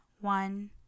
one